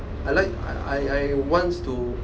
I like I I wants to